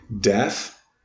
death